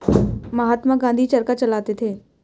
महात्मा गांधी चरखा चलाते थे